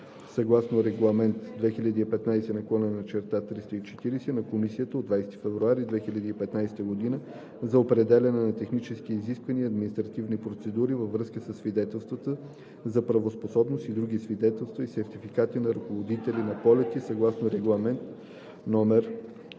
съгласно Регламент (ЕС) 2015/340 на Комисията от 20 февруари 2015 г. за определяне на технически изисквания и административни процедури във връзка със свидетелствата за правоспособност и други свидетелства и сертификати на ръководители на полети съгласно Регламент (ЕО) №